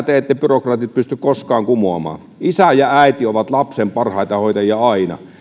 te ette byrokraatit pysty koskaan kumoamaan isä ja äiti ovat lapsen parhaita hoitajia aina